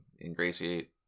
ingratiate